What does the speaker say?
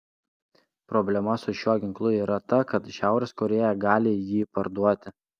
problema su šiuo ginklu yra ta kad šiaurės korėja gali jį parduoti